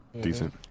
decent